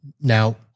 Now